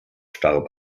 starb